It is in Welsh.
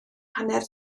hanner